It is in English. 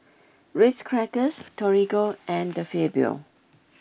Ritz Crackers Torigo and De Fabio